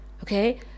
okay